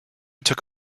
took